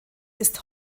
ist